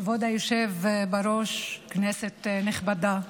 כבוד היושב בראש, כנסת נכבדה,